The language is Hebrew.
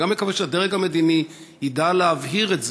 אני גם מקווה שהדרג המדיני ידע להבהיר את זה: